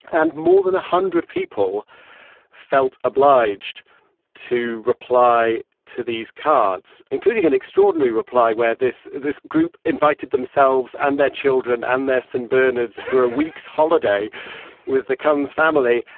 and more than one hundred people felt obliged to reply to these cards, including an extraordinary reply where this this group invited themselves and their children and this and bernards for a week's holiday with the cowens family,